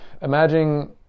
imagine